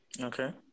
Okay